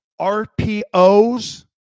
RPOs